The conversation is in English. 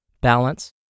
balance